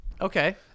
Okay